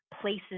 places